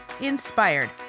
Inspired